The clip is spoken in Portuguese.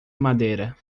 madeira